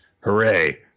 Hooray